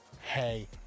Hey